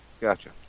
Gotcha